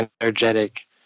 energetic